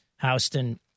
Houston